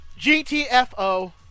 GTFO